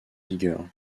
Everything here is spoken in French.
vigueur